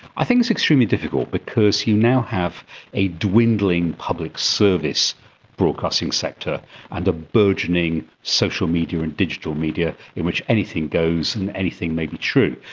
i think it's extremely difficult because you now have a dwindling public service broadcasting sector and a burgeoning social media and digital media in which anything and anything may be true.